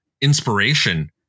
inspiration